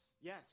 yes